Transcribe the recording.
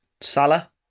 Salah